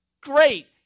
great